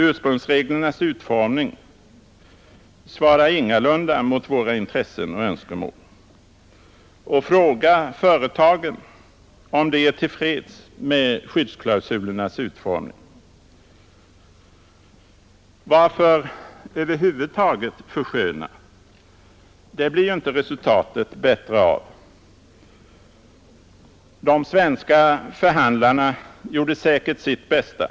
Ursprungsreglernas utformning svarar ingalunda mot våra intressen och önskemål. Fråga företagen om de är till freds med skyddsklausulernas utformning! Varför över huvud taget försköna? Det blir ju inte resultatet bättre av. De svenska förhandlarna gjorde säkert sitt bästa.